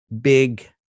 big